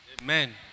Amen